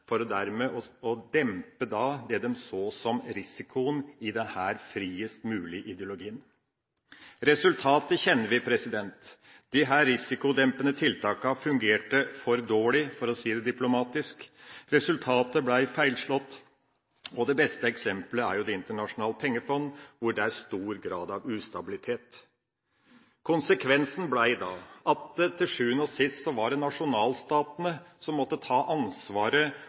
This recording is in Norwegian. landene, for dermed å dempe det de så som risikoen i denne friest-mulig-idelogien. Resultatet kjenner vi: Disse risikodempende tiltakene fungerte for dårlig, for å si det diplomatisk. Resultatet ble feilslått. Det beste eksemplet er Det internasjonale pengefondet, hvor det er stor grad av ustabilitet. Konsekvensen ble at det til sjuende og sist var nasjonalstatene som måtte ta ansvaret